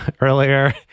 earlier